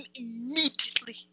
immediately